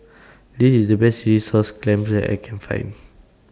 This IS The Best Chilli Sauce Clams that I Can Find